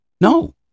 No